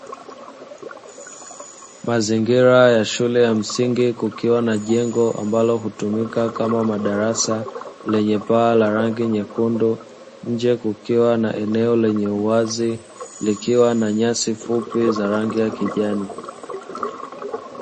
Mazingira ya shule ya msingi kukiwa na jengo ambalo hutumika kama madarasa, lenye paa la rangi nyekundu nje kukiwa na eneo lenye uwazi likiwa na nyasi fupi za rangi ya kijani.